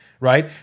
right